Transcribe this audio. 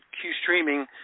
Q-streaming